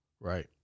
right